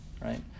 Right